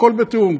הכול בתיאום.